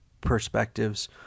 perspectives